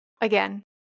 again